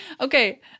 Okay